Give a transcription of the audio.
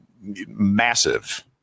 massive